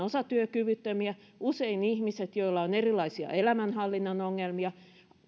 osatyökyvyttömiä usein ihmiset joilla on erilaisia elämänhallinnan ongelmia